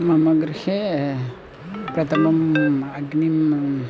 मम गृहे प्रथमं अग्निं